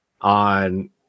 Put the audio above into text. on